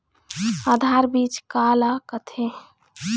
आधार बीज का ला कथें?